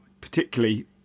particularly